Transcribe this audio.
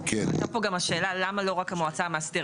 עלתה פה גם השאלה: למה לא רק המועצה המאסדרת.